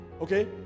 Okay